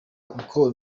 uko